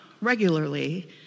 regularly